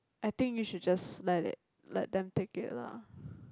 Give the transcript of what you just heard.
I think we should just let it let them take it lah